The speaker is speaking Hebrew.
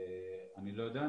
אני לא יודע.